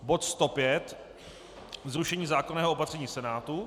bod 105 zrušení zákonného opatření Senátu;